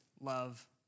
Love